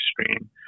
extreme